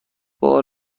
بار